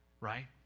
right